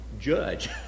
Judge